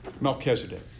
Melchizedek